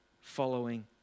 following